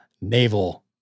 naval